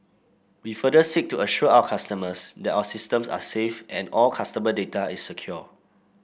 we further seek to assure our customers that our systems are safe and all customer data is secure